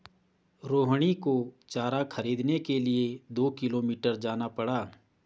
रोहिणी को चारा खरीदने के लिए दो किलोमीटर जाना पड़ा